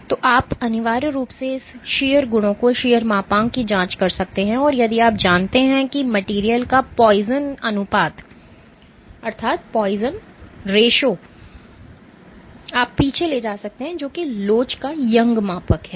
तो आप अनिवार्य रूप से इसके शीयर गुणों की शीयर मापांक की जांच कर सकते हैं और यदि आप जानते हैं कि मटेरियल का poison अनुपात आप पीछे ले जा सकते हैं जो कि लोच का यंग मापांक है